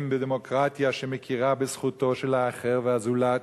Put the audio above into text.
בדמוקרטיה שמכירה בזכותו של האחר והזולת.